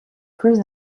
plus